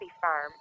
farm